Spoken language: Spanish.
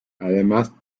además